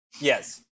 Yes